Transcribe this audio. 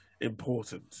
important